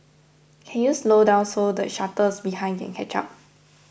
can you slow down so the shuttles behind can catch up